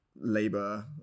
labor